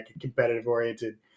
competitive-oriented